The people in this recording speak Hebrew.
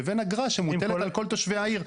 לבין אגרה שמוטלת על כל תושבי העיר.